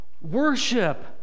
worship